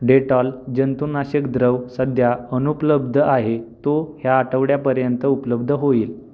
Dettol जंतुनाशक द्रव सध्या अनुपलब्ध आहे तो ह्या आठवड्यापर्यंत उपलब्ध होईल